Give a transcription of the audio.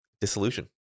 dissolution